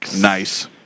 Nice